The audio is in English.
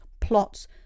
plots